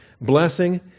blessing